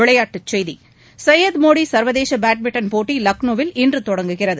விளையாட்டுச்செய்தி சையது மோடி சா்வதேச பேட்மிண்டன் போட்டி லக்னோவில் இன்று தொடங்குகிறது